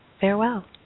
farewell